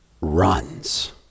runs